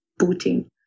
Putin